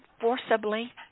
forcibly